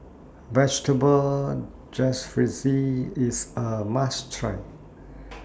Vegetable IS A must Try